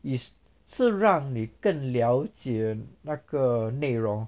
is 是让你更了解那个内容